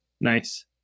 Nice